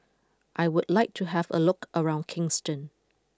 I would like to have a look around Kingston